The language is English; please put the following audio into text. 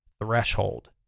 Threshold